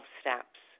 steps